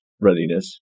readiness